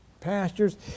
pastures